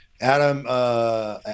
Adam